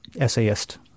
essayist